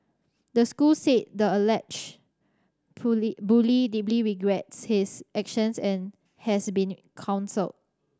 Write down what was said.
the school said the alleged bully deeply regrets his actions and has been counselled